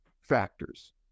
factors